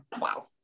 wow